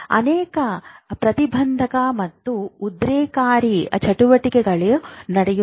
ಅನೇಕ ಪ್ರತಿಬಂಧಕ ಮತ್ತು ಉದ್ರೇಕಕಾರಿ ಚಟುವಟಿಕೆಗಳು ನಡೆಯುತ್ತಿವೆ